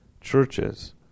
churches